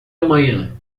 amanhã